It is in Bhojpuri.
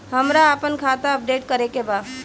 हमरा आपन खाता अपडेट करे के बा